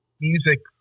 music